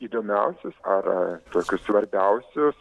įdomiausius ar tokius svarbiausius